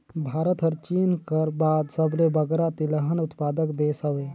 भारत हर चीन कर बाद सबले बगरा तिलहन उत्पादक देस हवे